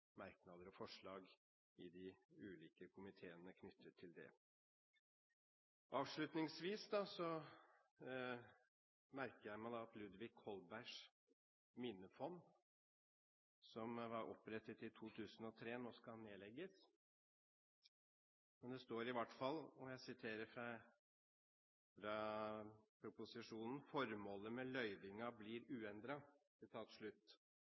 merknader og forslag i de ulike komiteene knyttet til det. Avslutningsvis merker jeg meg at Ludvig Holbergs minnefond – som ble opprettet i 2003 – nå skal nedlegges. Men det står i hvert fall i proposisjonen: «Formålet med løyvinga blir uendra.» Jeg regner med